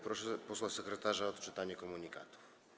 Proszę posła sekretarza o odczytanie komunikatów.